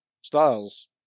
Styles